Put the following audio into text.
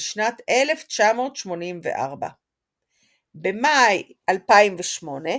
בשנת 1984. במאי 2008,